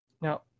Now